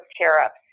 tariffs